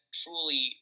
truly